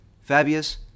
Fabius